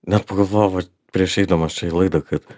net pagalvojau va prieš eidamas čia į laidą kad